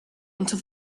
until